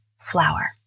flower